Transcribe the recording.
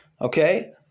Okay